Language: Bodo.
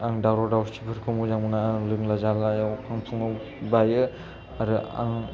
आं दावराव दावसिफोरखौ मोजां मोना आं लोंला जालायाव फां फुङाव बायो आरो आं